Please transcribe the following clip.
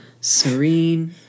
serene